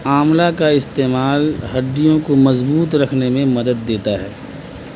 آملہ کا استعمال ہڈیوں کو مضبوط رکھنے میں مدد دیتا ہے